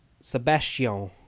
Sebastian